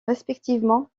respectivement